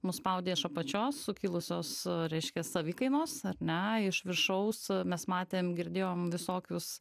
nuspaudė iš apačios sukilusios reiškia savikainos ar ne iš viršaus mes matėm girdėjom visokius